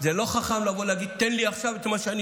זה לא חכם להגיד: תן לי עכשיו מה שאני